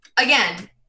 again